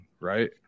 Right